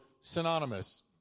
synonymous